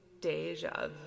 deja